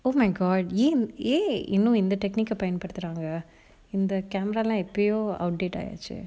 oh my god ஏன் ஏ இன்னும் இந்த:ean ee innum intha technical ah பயன்படுத்துறாங்க இந்த:payanpaduthuranga intha camera lah எப்பயோ:eppayo outdate ஆயாச்சி:aayachi